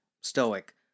stoic